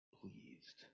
pleased